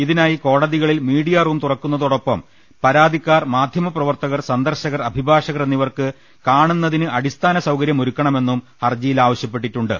ഇതിനായി കോടതികളിൽ media room തുറക്കുന്നതോടൊപ്പം പരാതിക്കാർ മാധ്യമപ്രവർത്തകർ സന്ദർശകർ അഭിഭാഷകർ എന്നിവർക്ക് കാണുന്നതിന് അടിസ്ഥാന സൌകര്യമൊരുക്കണമെന്നും ഹർജിയിൽ ആവശ്യപ്പെട്ടിട്ടുണ്ട്